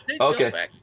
Okay